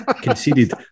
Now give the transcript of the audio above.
conceded